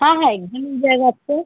हाँ हाँ एक दम जाएगा आपको